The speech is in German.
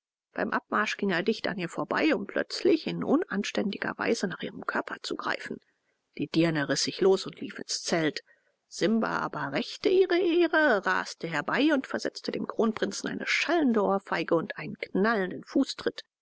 beim abmarsch ging er dicht an ihr vorbei um plötzlich in unanständiger weise nach ihrem körper zu greifen die dirne riß sich los und lief ins zelt simba aber rächte ihre ehre raste herbei und versetzte dem kronprinzen eine schallende ohrfeige und einen knallenden fußtritt